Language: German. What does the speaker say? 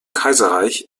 kaiserreich